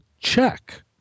check